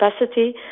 capacity